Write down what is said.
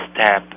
step